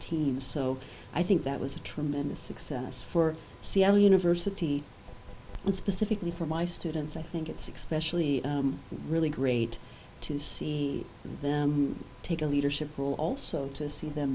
team so i think that was a tremendous success for seattle university and specifically for my students i think its expression really great to see them take a leadership role also to see them